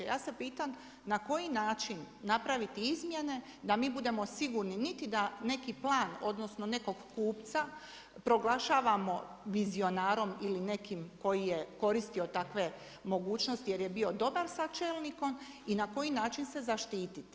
Ja se pitam na koji način napraviti izmjene da mi budemo sigurni niti da neki plan odnosno nekog kupca proglašavamo vizionarom ili nekim koji je koristio takve mogućnosti jer je bio dobar sa čelnikom i na koji način se zaštititi.